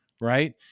right